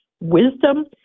wisdom